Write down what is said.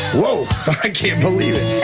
whoa! i can't believe it.